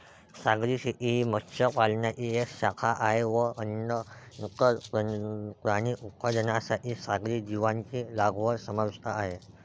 सागरी शेती ही मत्स्य पालनाची एक शाखा आहे व अन्न, इतर प्राणी उत्पादनांसाठी सागरी जीवांची लागवड समाविष्ट आहे